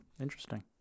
Interesting